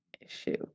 issue